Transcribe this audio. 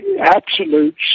absolute